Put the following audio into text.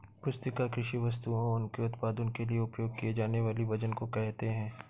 पुस्तिका कृषि वस्तुओं और उनके उत्पादों के लिए उपयोग किए जानेवाले वजन को कहेते है